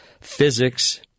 physics